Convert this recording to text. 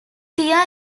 thea